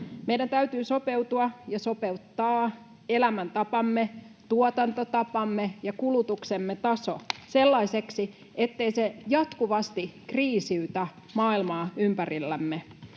Meidän täytyy sopeutua ja sopeuttaa elämäntapamme, tuotantotapamme ja kulutuksemme taso sellaiseksi, ettei se jatkuvasti kriisiytä maailmaa ympärillämme.